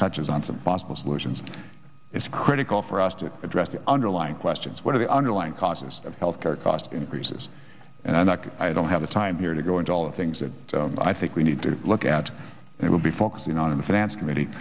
touches on some possible solutions it's critical for us to address the underlying questions what are the underlying causes of health care cost increases and i don't have the time here to go into all the things that i think we need to look at it will be focusing on in the finance committee